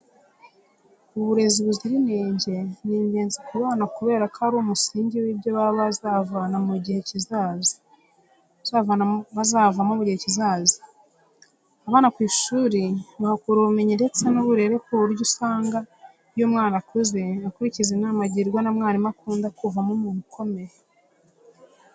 Uburezi buzira inenge ni ingenzi ku bana kubera ko ari umusingi w'ibyo baba bazavamo mu gihe kizaza. Abana ku ishuri bahakura umumenyi ndetse n'uburere ku buryo usanga iyo umwana akuze akurikiza inama agirwa na mwarimu akunda kuvamo umuntu ukomeye.